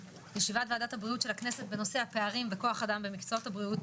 ישיבת ועדת הבריאות של הכנסת בנושא הפערים בכוח אדם במקצועות הבריאות